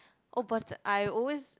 oh but I always